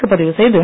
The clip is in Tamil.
கு பதிவு செய்து